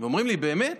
ואומרים לי: באמת?